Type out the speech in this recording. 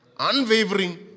Unwavering